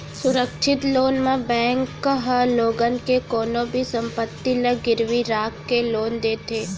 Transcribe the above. सुरक्छित लोन म बेंक ह लोगन के कोनो भी संपत्ति ल गिरवी राख के लोन देथे